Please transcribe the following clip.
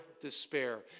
despair